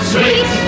Sweet